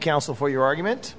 council for your argument